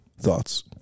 Thoughts